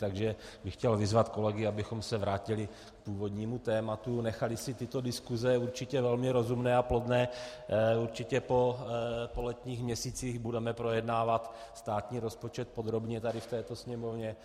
Takže bych chtěl vyzvat kolegy, abychom se vrátili k původnímu tématu, nechali si tyto diskuse, určitě velmi rozumné a plodné, po letních měsících, kdy budeme projednávat státní rozpočet podrobně tady v této Sněmovně.